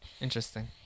Interesting